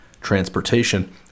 Transportation